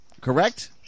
correct